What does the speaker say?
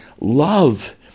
love